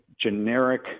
generic